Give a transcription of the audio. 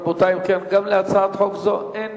רבותי, אם כן, גם להצעת חוק זו אין